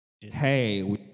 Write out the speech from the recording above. Hey